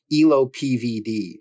ELO-PVD